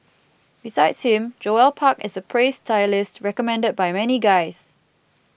besides him Joel Park is a praised stylist recommended by many guys